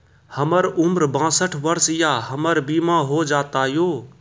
हमर उम्र बासठ वर्ष या हमर बीमा हो जाता यो?